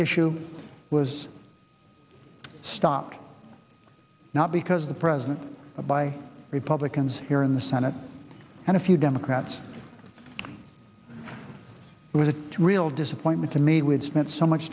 issue was stopped not because the present by republicans here in the senate and a few democrats was a real disappointment to me with spent so much